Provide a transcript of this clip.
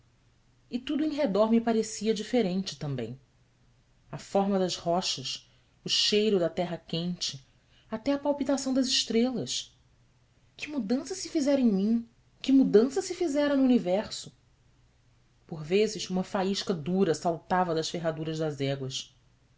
e tudo em redor me parecia diferente também a forma das rochas o cheiro da terra quente até a palpitação das estrelas que mudança se fizera em mim que mudança se fizera no universo por vezes uma faísca dura saltava das ferraduras das éguas